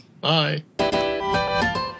Bye